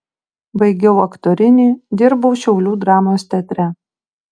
baigiau aktorinį dirbau šiaulių dramos teatre